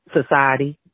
society